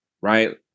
right